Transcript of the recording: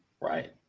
Right